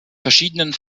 verschiedenen